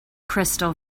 crystal